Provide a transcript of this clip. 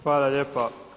Hvala lijepa.